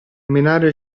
menare